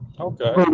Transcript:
Okay